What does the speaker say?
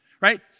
right